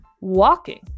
walking